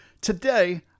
today